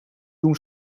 doen